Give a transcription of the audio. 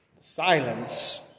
silence